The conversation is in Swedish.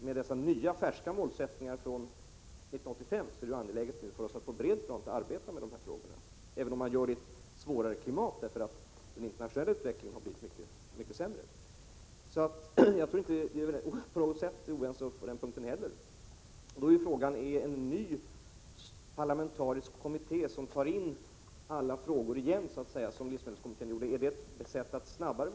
Med dessa nya målsättningar från 1985 är det nu tvärtom angeläget för oss att på bred front arbeta med dessa frågor, även om vi på grund av den försämrade internationella utvecklingen får göra det i ett svårare klimat. Vi är alltså inte heller på den punkten oense på något sätt. Då är frågan: Innebär en ny parlamentarisk kommitté, som återigen för samman alla frågor på det sätt livsmedelskommittén gjorde, att vi går fram snabbare?